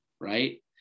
Right